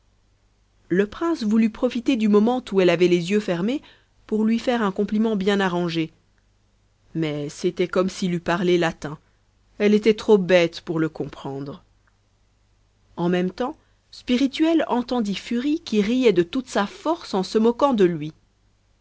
le prince voulut profiter du moment où elle avait les yeux fermés pour lui faire un compliment bien arrangé mais c'était comme s'il eût parlé latin elle était trop bête pour le comprendre en même tems spirituel entendit furie qui riait de toute